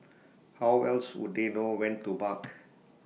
how else would they know when to bark